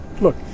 Look